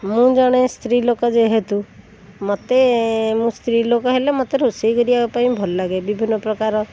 ମୁଁ ଜଣେ ସ୍ତ୍ରୀଲୋକ ଯେହେତୁ ମୋତେ ମୁଁ ସ୍ତ୍ରୀଲୋକ ହେଲେ ମୋତେ ରୋଷେଇ କରିବାପାଇଁ ଭଲଲାଗେ ବିଭିନ୍ନପ୍ରକାର